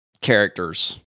characters